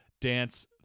dance